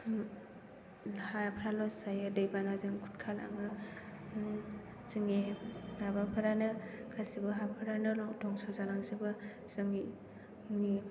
हाफ्रा लस जायो दैबानाजों खुरखालाङो जोंनि माबाफोरानो गासैबो हाफोरानो धंस' जालांजोबो जोंनि